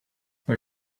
they